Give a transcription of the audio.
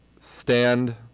stand